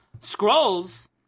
scrolls